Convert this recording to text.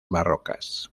barrocas